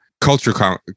culture